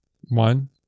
One